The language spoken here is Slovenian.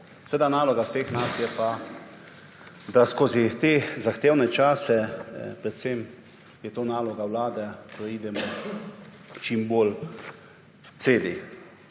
Seveda naloga vseh nas je pa, da skozi te zahtevne čase, predvsem je to naloga vlade, preidemo čim bolj celi.